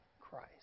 Christ